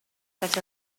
such